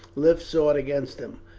lift sword against them.